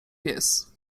pies